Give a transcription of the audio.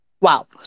Wow